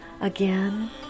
Again